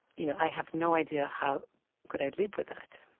you know i have no idea how could i live with that.